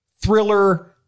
thriller